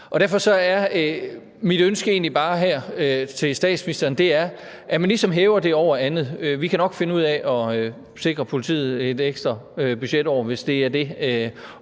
Derfor er mit ønske her til statsministeren bare, at man ligesom hæver det over andet. Vi kan nok finde ud af at sikre politiet et ekstra budgetår, hvis det er det,